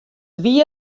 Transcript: wie